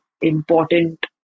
important